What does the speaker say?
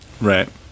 Right